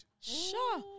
Sure